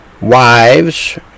Wives